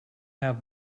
have